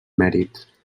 mèrit